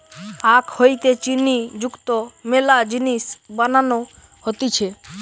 আখ হইতে চিনি যুক্ত মেলা জিনিস বানানো হতিছে